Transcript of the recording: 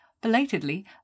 belatedly